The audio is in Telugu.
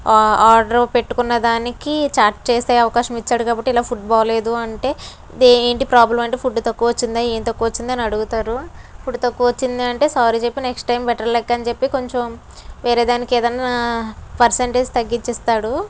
ఆ ఆర్డర్ పెట్టుకున్న దానికి చాట్ చేసే అవకాశం ఇచ్చాడు కాబట్టి ఇలా ఫుడ్ బాగాలేదు అంటే దే ఏంటి ప్రాబ్లం అంటే ఫుడ్ తక్కువ వచ్చిందా ఏమి తక్కువ వచ్చింది అని అడుగుతారు ఫుడ్ తక్కువ వచ్చింది అంటే సారీ చెప్పి నెక్స్ట్ టైం బెటర్ లక్ అని చెప్పి కొంచెం వేరే దానికి ఏదన్న పర్సంటేజ్ తగ్గించి ఇస్తాడు